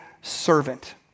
servant